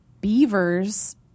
beavers